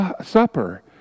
Supper